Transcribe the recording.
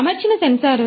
ఇది అమర్చిన సెన్సార్